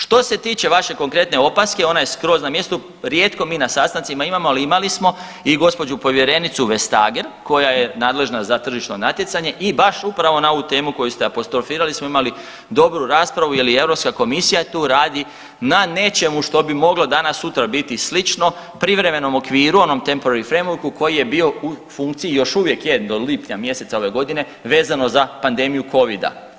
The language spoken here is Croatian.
Što se tiče vaše konkretne opaske ona je skroz na mjestu, rijetko mi na sastancima imamo, ali imali i gospođu povjerenicu Vestager koja je nadležna za tržišno natjecanje i baš upravo na ovu temu koju ste apostrofirali smo imali dobru raspravu jer i Europska komisija tu radi na nečemu što bi moglo danas sutra biti slično privremenom okviru Temporary Framework-u koji je bio u funkciji i još uvijek je do lipnja mjeseca ove godine vezano za pandemiju Covida.